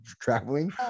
traveling